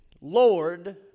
Lord